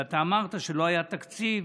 ואתה אמרת שלא היה תקציב,